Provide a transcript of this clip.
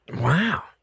Wow